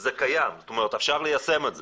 זה קיים, זאת אומרת אפשר ליישם את זה.